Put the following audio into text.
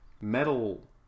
metal